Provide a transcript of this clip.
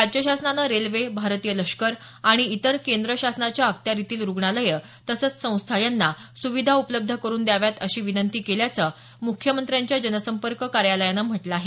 राज्य शासनानं रेल्वे भारतीय लष्कर आणि इतर केंद्र शासनाच्या अखत्यारीतील रुग्णालयं तसंच संस्था यांना सुविधा उपलब्ध करून द्याव्यात अशी विनंती केल्याचं मुख्यमंत्र्यांच्या जनसंपर्क कार्यालयान म्हटलं आहे